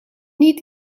niet